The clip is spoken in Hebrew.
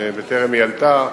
בטרם עלתה.